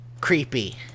creepy